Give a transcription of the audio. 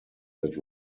that